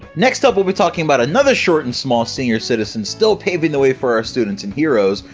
next up we'll be talking about another short and small senior citizen still paving the way for our students and heroes,